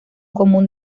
común